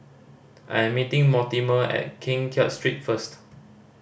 I am meeting Mortimer at King Kiat Street first